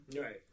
right